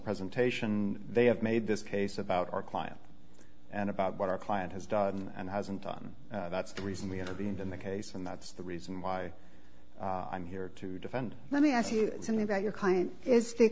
presentation they have made this case about our client and about what our client has done and hasn't done that's the reason we intervened in the case and that's the reason why i'm here to defend let me ask you something about your client is